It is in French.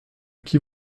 qui